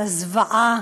על הזוועה,